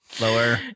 lower